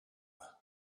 him